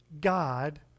God